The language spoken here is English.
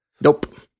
Nope